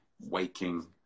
waking